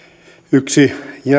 yksi jäänne